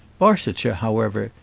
barsetshire, however,